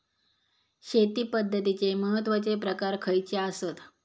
शेती पद्धतीचे महत्वाचे प्रकार खयचे आसत?